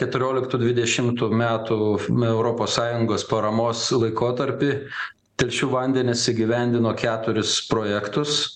keturioliktų dvidešimtų metų europos sąjungos paramos laikotarpį telšių vandenys įgyvendino keturis projektus